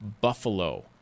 Buffalo